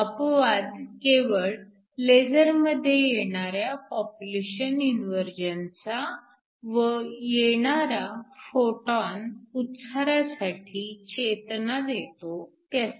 अपवाद केवळ लेझर मध्ये येणाऱ्या पॉप्युलेशन इन्व्हर्जनचा व येणारा फोटॉन उत्सारासाठी चेतना देतो त्याचा